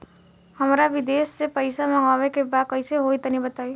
हमरा विदेश से पईसा मंगावे के बा कइसे होई तनि बताई?